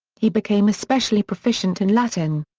he became especially proficient in latin.